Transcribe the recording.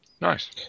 Nice